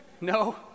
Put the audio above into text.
No